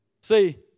See